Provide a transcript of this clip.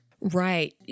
Right